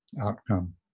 outcome